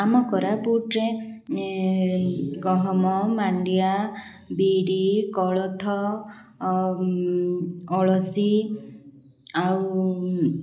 ଆମ କୋରାପୁଟରେ ଗହମ ମାଣ୍ଡିଆ ବିରି କୋଳଥ ଅଳସୀ ଆଉ